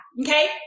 Okay